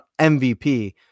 MVP